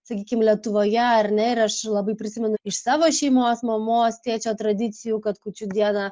sakykim letuvoje ar ne ir aš labai prisimenu iš savo šeimos mamos tėčio tradicijų kad kūčių dieną